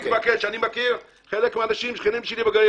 חלק מהאנשים הללו הם שכנים שלי בגליל,